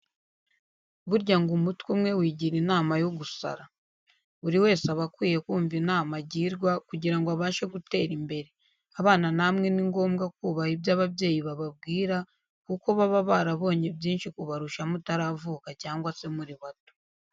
Burya ngo umutwe umwe wigira inama yo gusara! Buri wese aba akwiye kumva inama agirwa kugira ngo abashe gutera imbere. Abana namwe ni ngombwa kubaha ibyo ababyeyi bababwira kuko baba barabonye byinshi kubarusha mutaravuka cyangwa se muri bato.